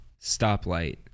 stoplight